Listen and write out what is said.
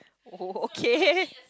oh okay